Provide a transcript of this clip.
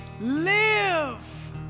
Live